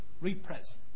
repress